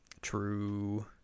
True